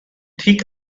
thick